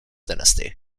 dynasty